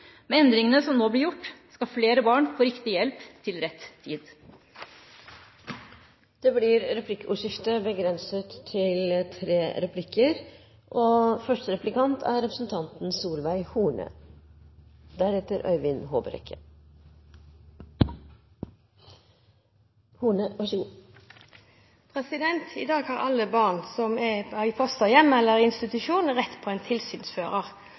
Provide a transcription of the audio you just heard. Med endringene som nå blir gjort, skal flere barn få riktig hjelp til rett tid. Det blir replikkordskifte. I dag har alle barn som er i fosterhjem eller i institusjon, rett til tilsynsfører